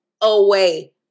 away